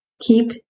keep